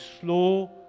slow